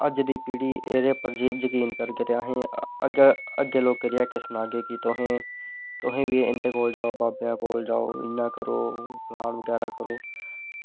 अज्ज दी पीढ़ी एह्दे पर जकीन करग ते असें लोकें गी केह् सनागे कि तुसें तुस बी इंदे कोल जाओ बाबेआं कोल जाओ इयां करो फलान बगैरा करो